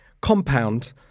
compound